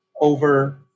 over